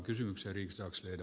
värderade talman